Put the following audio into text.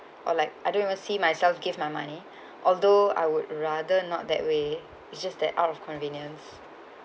or like I don't even see myself give my money although I would rather not that way it's just that out of convenience